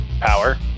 power